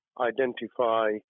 identify